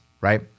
right